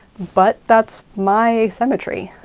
but that's my symmetry.